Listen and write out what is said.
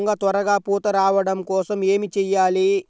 వంగ త్వరగా పూత రావడం కోసం ఏమి చెయ్యాలి?